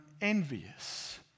envious